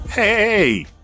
Hey